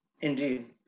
Indeed